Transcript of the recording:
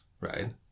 right